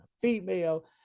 female